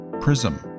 Prism